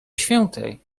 świętej